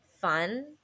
fun